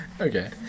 Okay